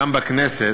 כאן, בכנסת,